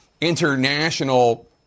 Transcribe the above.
international